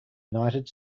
united